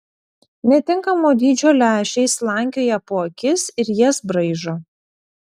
netinkamo dydžio lęšiai slankioja po akis ir jas braižo